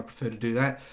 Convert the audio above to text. prefer to do that